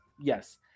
yes